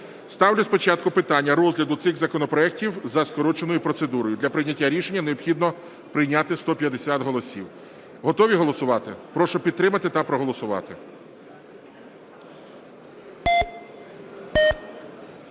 Ставлю спочатку питання розгляду цих законопроектів за скороченою процедурою. Для прийняття рішення необхідно прийняти 150 голосів. Готові голосувати? Прошу підтримати та проголосувати.